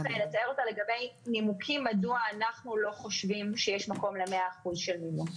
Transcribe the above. לגבי נימוקים מדוע אנחנו לא חושבים שיש מקום ל-100% של מימון.